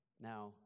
Now